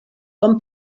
com